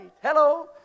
Hello